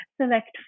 select